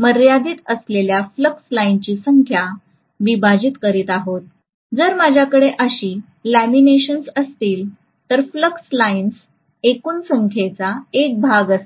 मर्यादीत असलेल्या फ्लक्स लाइनची संख्या विभाजित करीत आहोत जर माझ्याकडे अशी लॅमिनेशन असेल तर फ्लक्स लाईन्स एकूण संख्येचा एक भाग असेल